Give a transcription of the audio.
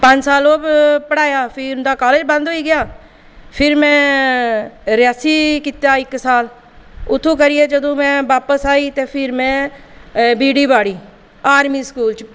पंज साल ओह् पढ़ाया फ्ही उंदा कॉलेज बंद होई गेआ फिर में रियासी कीता इक्क साल उत्थुं करियै जदूं में बापस आई फिर में बीडी बाड़ी आर्मी स्कूल च